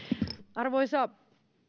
arvoisa